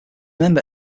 member